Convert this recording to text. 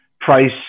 Price